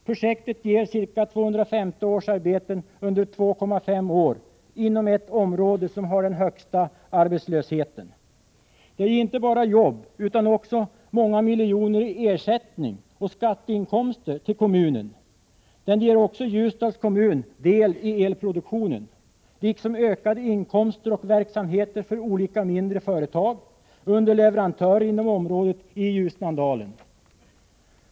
Projektet ger ca 250 årsarbeten under 2,5 år inom ett område som har den högsta arbetslösheten. Det ger inte bara jobb utan många miljoner i ersättning och skatteinkomster till kommunen. Det ger också Ljusdals kommun del i elproduktionen, liksom ökade verksamheter och inkomster för olika mindre företag och underleverantörer inom området i Ljusnandalen.